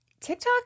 TikTok